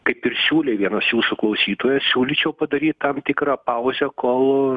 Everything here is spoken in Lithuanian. kaip ir siūlė vienas jūsų klausytojų siūlyčiau padaryt tam tikrą pauzę kol